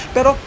Pero